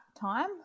time